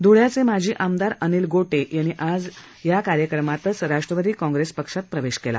ध्ळ्याचे माजी आमदार अनिल गोटे यांनी आज या कार्यक्रमात राष्ट्रवादी काँगेरस्स पक्षात प्रवेश केला